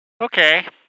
Okay